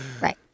Right